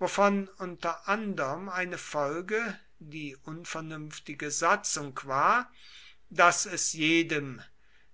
wovon unter anderm eine folge die unvernünftige satzung war daß es jedem